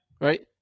right